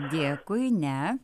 dėkui ne